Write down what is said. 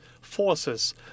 forces